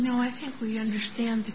know i think we understand